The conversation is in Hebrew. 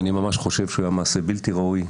אני ממש חושב שהוא היה מעשה בלתי ראוי,